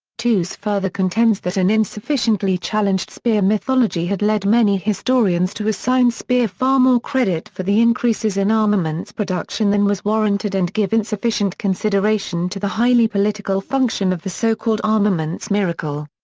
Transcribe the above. tooze further contends that an insufficiently challenged speer mythology had led many historians to assign speer far more credit for the increases in armaments production than was warranted and give insufficient consideration to the highly political function of the so-called armaments miracle.